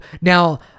now